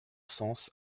sens